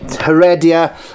Heredia